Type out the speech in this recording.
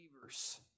believers